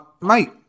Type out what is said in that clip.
mate